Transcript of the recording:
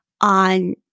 on